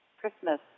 Christmas